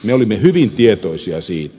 me olimme hyvin tietoisia siitä